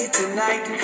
tonight